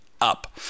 up